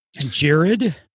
Jared